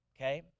okay